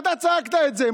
אתה צעקת את זה.